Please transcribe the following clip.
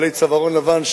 צווארון לבן,